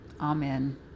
Amen